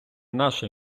наше